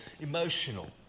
emotional